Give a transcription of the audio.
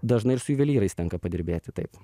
dažnai ir su juvelyrais tenka padirbėti taip